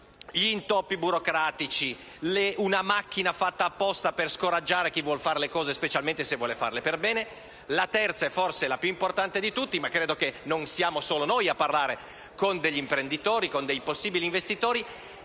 gli intoppi burocratici, una macchina fatta apposta per scoraggiare chi vuole fare le cose, specialmente se vuole farle per bene. Il terzo nemico, forse il più importante - non siamo, però, solo noi a parlare con gli imprenditori e con possibili investitori